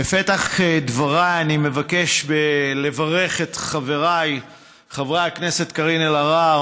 בפתח דבריי אני מבקש לברך את חבריי חברי הכנסת קארין אלהרר,